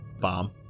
bomb